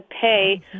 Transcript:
pay